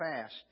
fast